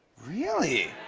really?